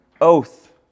oath